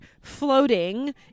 floating